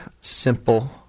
simple